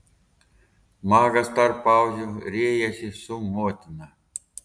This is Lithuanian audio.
magas tarp pauzių riejasi su motina